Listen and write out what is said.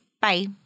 Bye